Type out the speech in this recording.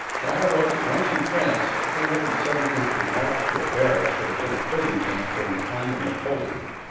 dyer wrote that once in france, the three hundred and seventeenth was marked to a barracks that had been a prison camp during the time of napoleon.